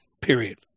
period